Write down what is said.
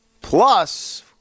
plus